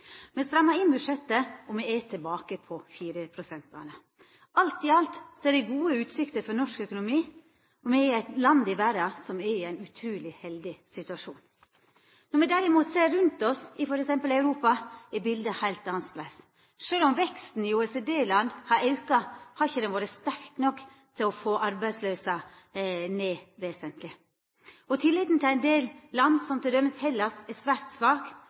Me strammar inn budsjettet, og me er tilbake på 4 pst.-bana. Alt i alt er det gode utsikter for norsk økonomi. Me er eit land i verda som er i ein utruleg heldig situasjon. Når me derimot ser rundt oss i t.d. Europa, er biletet heilt annleis. Sjølv om veksten i OECD-land har auka, har han ikkje vore sterk nok til å få arbeidsløysa ned vesentleg. Tilliten til ein del land, som t.d. Hellas, er svært svak,